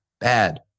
bad